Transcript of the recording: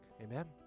Amen